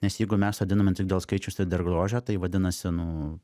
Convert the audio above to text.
nes jeigu mes sodiname tik dėl skaičiaus ir dėl grožio tai vadinasi nu